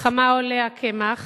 כמה עולה הקמח